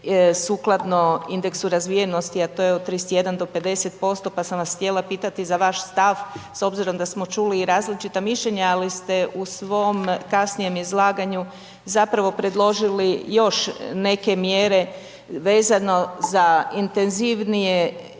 sukladno indeksu razvijenosti, a to je od 31 do 50%, pa sam vas htjela pitati za vaš stav s obzirom da smo čuli i različita mišljenja, ali ste u svom kasnijem izlaganju zapravo predložili još neke mjere vezano za intenzivnije izgradnju